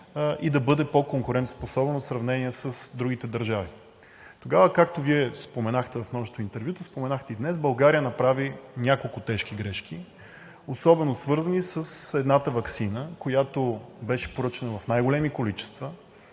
и да бъде по-конкурентоспособен в сравнение с другите държави. Тогава, както вие споменахте в множество интервюта, споменахте го и днес – България направи няколко тежки грешки особено свързани с едната ваксина, която беше поръчана в най големи количества